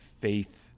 faith